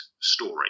story